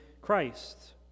Christ